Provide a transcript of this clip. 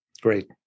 Great